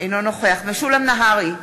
אינו נוכח משולם נהרי,